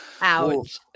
Ouch